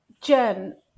Jen